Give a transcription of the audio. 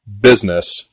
business